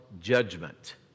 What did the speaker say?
judgment